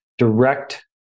direct